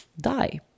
die